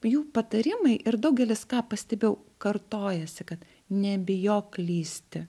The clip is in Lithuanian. jų patarimai ir daugelis ką pastebėjau kartojasi kad nebijok klysti